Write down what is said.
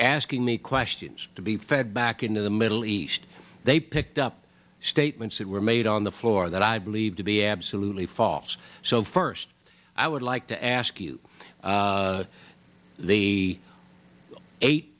asking me questions to be fed back into the middle east they picked up statements that were made on the floor that i believed to be absolutely false so first i would like to ask you the eight